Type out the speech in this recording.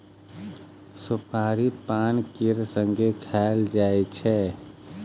सोपारी पान केर संगे खाएल जाइ छै